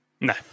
no